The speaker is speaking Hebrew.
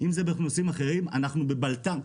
אם זה בנושאם אחרים אנחנו בבלת"ם.